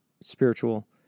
spiritual